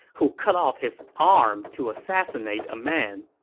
who cut off his arm to assassinate a man.